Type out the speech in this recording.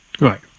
Right